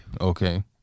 Okay